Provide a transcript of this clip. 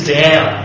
down